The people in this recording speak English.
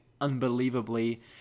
unbelievably